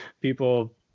People